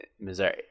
Missouri